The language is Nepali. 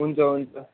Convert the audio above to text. हुन्छ हुन्छ